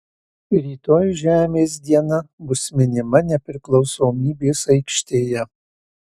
rytoj žemės diena bus minima nepriklausomybės aikštėje